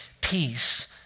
Peace